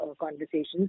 conversations